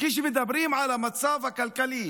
כשמדברים על המצב הכלכלי?